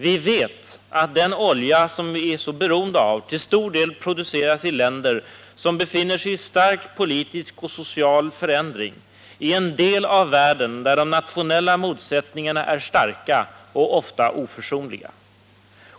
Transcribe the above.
Vi vet att den olja som vi är så beroende av till stor del produceras i länder som befinner sig i stark politisk och social förändring, i en del av världen där de nationella motsättningarna är starka och ofta oförsonliga.